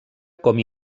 com